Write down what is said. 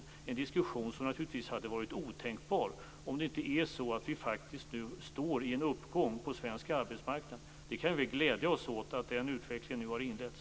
Det är en diskussion som naturligtvis hade varit otänkbar om det inte är så att vi nu står i en uppgång på svensk arbetsmarknad. Vi kan glädja oss åt att den utvecklingen nu har inletts.